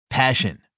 Passion